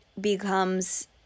becomes